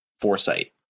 foresight